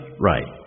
Right